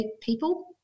people